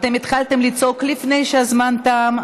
אתם התחלתם לצעוק לפני שהזמן תם.